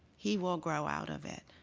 he will grow out of it.